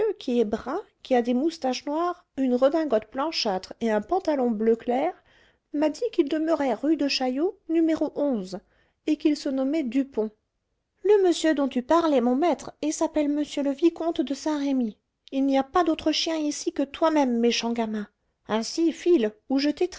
qui est brun qui a des moustaches noires une redingote blanchâtre et un pantalon bleu clair m'a dit qu'il demeurait rue de chaillot no et qu'il se nommait dupont le monsieur dont tu parles est mon maître et s'appelle m le vicomte de saint-remy il n'y a pas d'autre chien ici que toi-même méchant gamin ainsi file ou je t'étrille